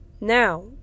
Now